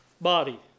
body